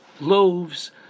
loaves